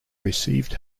received